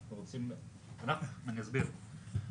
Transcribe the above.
אסביר.